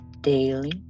daily